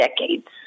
decades